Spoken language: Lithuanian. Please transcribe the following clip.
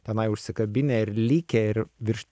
tenai užsikabinę ir likę ir virš